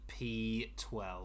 P12